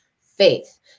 faith